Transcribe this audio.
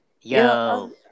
Yo